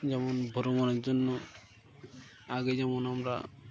যেমন ভ্রমণের জন্য আগে যেমন আমরা